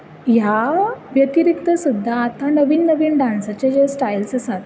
ह्या व्यतिरिक्त सुद्दां आतां नवीन नवीन डान्साचे जे स्टाइल्स आसात